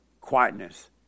quietness